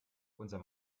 unser